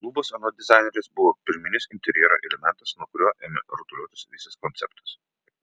lubos anot dizainerės buvo pirminis interjero elementas nuo kurio ėmė rutuliotis visas konceptas